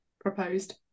proposed